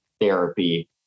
therapy